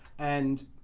and